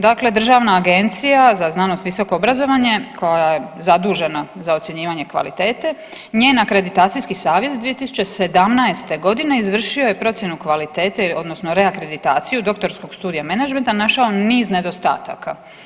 Dakle, državna Agencija za znanost i visoko obrazovanje koja je zadužena za ocjenjivanje kvalitete njen akreditacijski savjet 2017. godine izvršio je procjenu kvalitete odnosno reakreditaciju doktorskog studija menadžmenta, našao niz nedostataka.